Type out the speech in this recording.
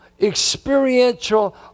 experiential